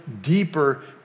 deeper